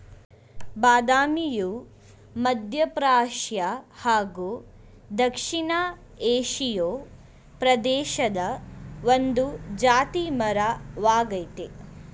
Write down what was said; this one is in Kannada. ಬಾದಾಮಿಯು ಮಧ್ಯಪ್ರಾಚ್ಯ ಹಾಗೂ ದಕ್ಷಿಣ ಏಷಿಯಾ ಪ್ರದೇಶದ ಒಂದು ಜಾತಿ ಮರ ವಾಗಯ್ತೆ